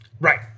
right